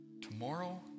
tomorrow